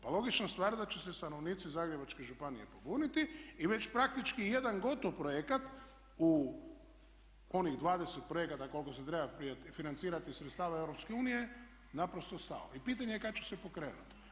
Pa logična stvar da će se stanovnici Zagrebačke županije pobuniti i već praktički jedan gotov projekat u onih 20 projekata koliko se treba financirati iz sredstava EU naprosto stao i pitanje je kad će se pokrenuti.